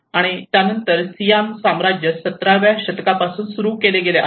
आणि त्यानंतर सियाम साम्राज्य 17 व्या शतकापासून सुरू केले गेले आहे